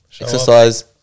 exercise